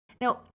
Now